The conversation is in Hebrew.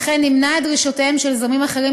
וכן ימנע את דרישותיהם של זרמים אחרים